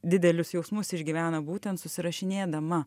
didelius jausmus išgyvena būtent susirašinėdama